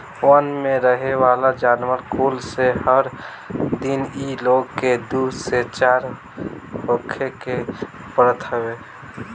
वन में रहेवाला जानवर कुल से हर दिन इ लोग के दू चार होखे के पड़त हवे